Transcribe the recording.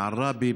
בעראבה,